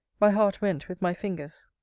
my heart went with my fingers.